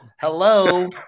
Hello